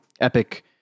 epic